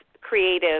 creative